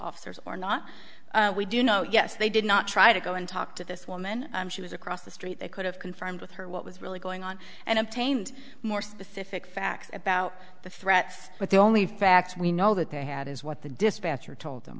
officers or not we do know yes they did not try to go and talk to this woman she was across the street they could have confirmed with her what was really going on and obtained more specific facts about the threats but the only facts we know that they had is what the dispatcher told